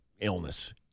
illness